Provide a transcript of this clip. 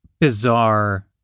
bizarre